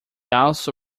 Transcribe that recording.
also